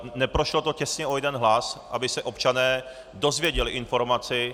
Neprošlo to těsně o jeden hlas, aby se občané dozvěděli informaci.